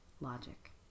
Logic